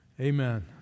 amen